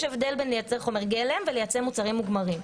יש הבדל בין לייצר חומר גלם ולייצא מוצרים מוגמרים.